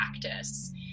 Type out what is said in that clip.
practice